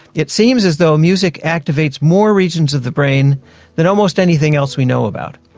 it seems as though music activates more regions of the brain than almost anything else we know about.